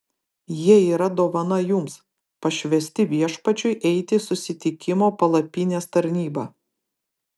jie yra dovana jums pašvęsti viešpačiui eiti susitikimo palapinės tarnybą